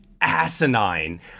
asinine